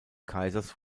kaisers